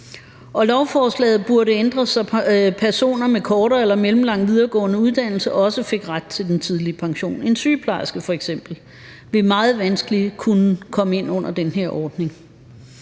lovforslaget burde ændres, så personer med korte eller mellemlange videregående uddannelser også fik ret til den tidlige pension. En sygeplejerske, f.eks., vil meget vanskeligt kunne komme ind under den her ordning.